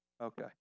Okay